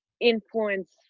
influence